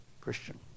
christian